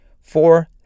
four